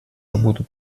работу